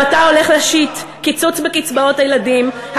אם אתה הולך להשית קיצוץ בקצבאות הילדים,